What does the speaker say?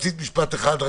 רצית משפט אחד.